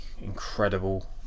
incredible